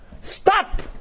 Stop